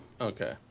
Okay